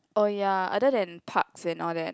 orh ya other than parks than all that